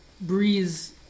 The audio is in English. Breeze